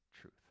truth